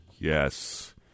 Yes